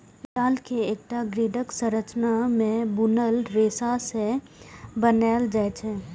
जाल कें एकटा ग्रिडक संरचना मे बुनल रेशा सं बनाएल जाइ छै